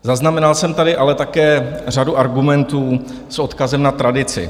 Zaznamenal jsem tady ale také řadu argumentů s odkazem na tradici.